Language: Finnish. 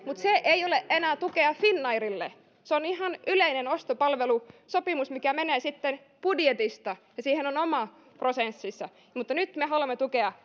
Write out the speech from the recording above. mutta se ei ole enää tukea finnairille se on ihan yleinen ostopalvelusopimus mikä menee sitten budjetista ja siihen on oma prosessinsa mutta nyt me haluamme tukea